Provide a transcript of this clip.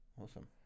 Awesome